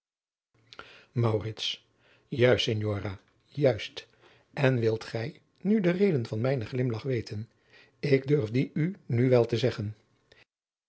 juist signora juist en wilt gij nu de reden van mijnen glimlach weten ik durf die u nu wel zeggen